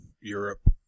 Europe